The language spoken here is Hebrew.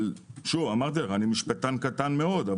אבל אני משפטן קטן מאוד.